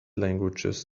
languages